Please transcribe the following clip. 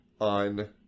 on